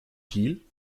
kiel